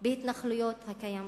בהתנחלויות הקיימות.